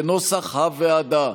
כנוסח הוועדה.